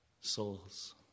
souls